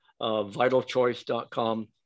vitalchoice.com